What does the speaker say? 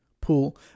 pool